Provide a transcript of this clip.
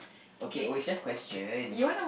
okay it was just question